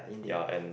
ya and